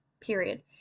period